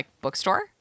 bookstore